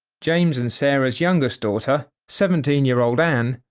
james and sarah's youngest daughter, seventeen year old ann,